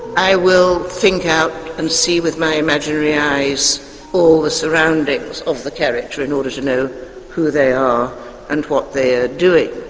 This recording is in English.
i will think out and see with my imaginary eyes all the surroundings of the character in order to know who they are and what they are doing,